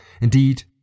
Indeed